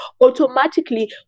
automatically